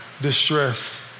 distress